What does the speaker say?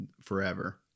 forever